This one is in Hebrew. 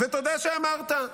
תודה שאמרת.